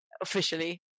officially